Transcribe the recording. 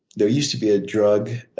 there used to be a drug